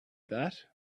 that